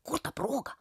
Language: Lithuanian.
kur ta proga